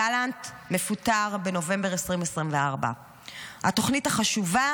גלנט מפוטר בנובמבר 2024. התוכנית החשובה